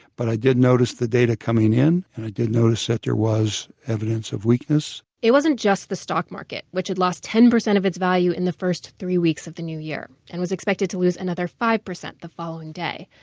but i did notice the data coming in and i did notice that there was evidence of weakness. it wasn't just the stock market, which had lost ten percent of its value in the first three weeks of the new year and was expected to lose another five percent the following day.